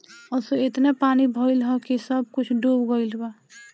असो एतना पानी भइल हअ की सब कुछ डूब गईल बा